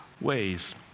ways